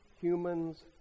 human's